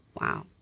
Wow